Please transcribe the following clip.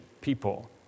people